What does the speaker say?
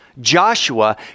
Joshua